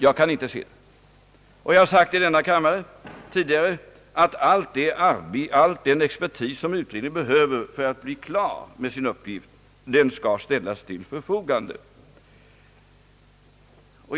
Jag kan inte se det. Och jag har tidigare sagt i denna kammare att all den expertis som utredningen behö ver för att bli klar med sin uppgift skall ställas till förfogande.